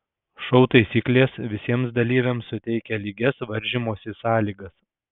šou taisyklės visiems dalyviams suteikia lygias varžymosi sąlygas